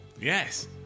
Yes